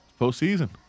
Postseason